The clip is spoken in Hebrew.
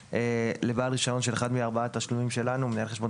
לבעל רישיון של אחד מארבעת התשלומים שלנו: מנהל חשבון,